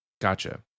Gotcha